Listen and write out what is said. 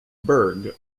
berg